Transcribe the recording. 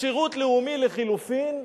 בשירות לאומי, לחלופין,